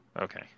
Okay